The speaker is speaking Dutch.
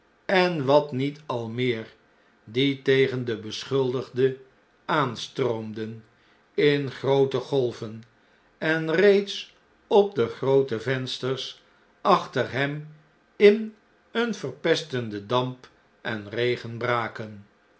en wat niet al meer die tegen den beschuldigde aanstroomden in groote golven en reeds op de groote vensters achter hem in een verpestenden damp en regen braken